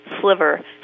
sliver